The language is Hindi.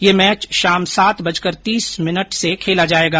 यह मैच शाम सात बजकर तीस मिनट से खेला जाएगा